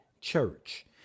church